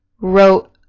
wrote